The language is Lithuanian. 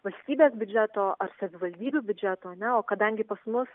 valstybės biudžeto ar savivaldybių biudžeto ar ne o kadangi pas mus